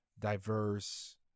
diverse